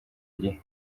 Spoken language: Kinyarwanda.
gihe